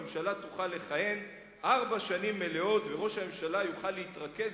הממשלה תוכל לכהן ארבע שנים מלאות וראש הממשלה יוכל להתרכז